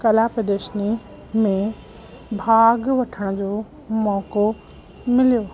कला प्रदर्शनी में भाॻु वठण जो मौक़ो मिलियो